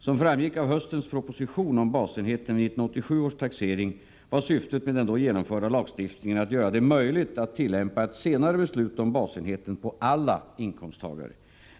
Som framgick av höstens proposition om basenheten vid 1987 års taxering var syftet med den då genomförda lagstiftningen att göra det möjligt att tillämpa ett senare beslut om basenheten på alla inkomsttagare.